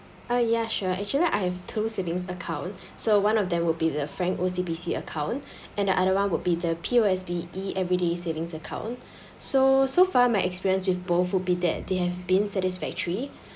ah ya sure actually I have two savings account so one of them will be the frank O_C_B_C account and the other one would be the P_O_S_B E~ everyday savings account so so far my experience with both would be that they have been satisfactory